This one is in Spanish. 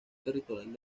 territorial